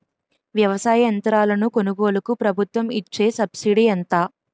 వ్యవసాయ యంత్రాలను కొనుగోలుకు ప్రభుత్వం ఇచ్చే సబ్సిడీ ఎంత?